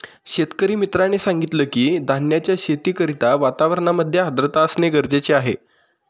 शेतकरी मित्राने सांगितलं की, धान्याच्या शेती करिता वातावरणामध्ये आर्द्रता असणे गरजेचे आहे